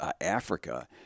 Africa